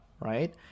right